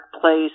place